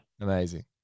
Amazing